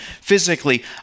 physically